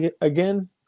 again